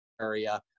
area